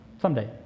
Someday